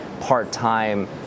part-time